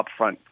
upfront